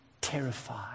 terrified